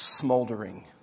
smoldering